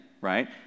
right